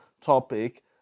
topic